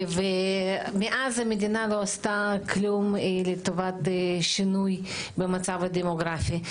מאז המדינה לא עשתה כלום לטובת שינוי במצב הדמוגרפי.